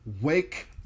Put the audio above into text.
wake